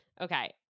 Okay